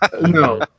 No